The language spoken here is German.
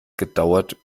gedauert